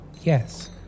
Yes